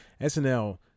SNL